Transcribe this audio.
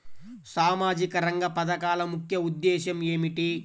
సామాజిక రంగ పథకాల ముఖ్య ఉద్దేశం ఏమిటీ?